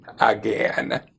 again